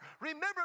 Remember